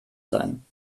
sein